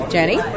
Jenny